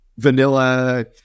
vanilla